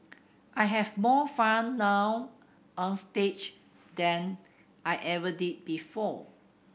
I have more fun now onstage than I ever did before